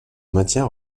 maintient